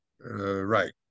right